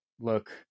look